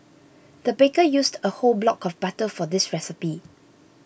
the baker used a whole block of butter for this recipe